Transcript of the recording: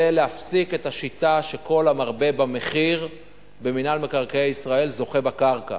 זה להפסיק את השיטה שכל המרבה במחיר במינהל מקרקעי ישראל זוכה בקרקע.